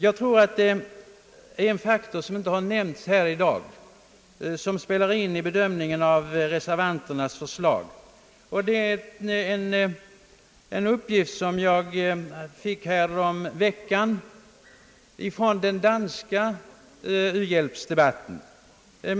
Jag tror att en faktor som inte har nämnts här i dag spelar in vid bedömningen av reservanternas förslag. Det är en uppgift som jag fick härom veckan från den danska u-hjälpsdebatten.